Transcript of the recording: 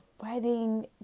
wedding